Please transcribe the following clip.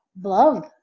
love